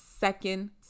second